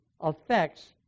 affects